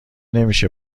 نمیشه